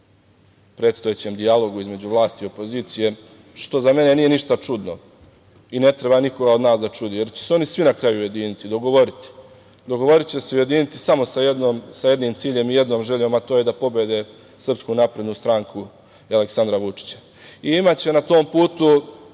predstojećem dijalogu između vlasti i opozicije, što za mene nije ništa čudno, i ne treba nikog od nas da čudi, jer će se oni na kraju svi ujediniti, dogovoriti. Dogovoriće se i ujediniti samo sa jednim ciljem, jednom željom, a to je da pobede SNS i Aleksandra Vučića. Imaće na tom putu